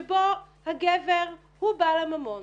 שבו הגבר הוא בעל הממון